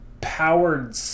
powered